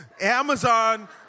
Amazon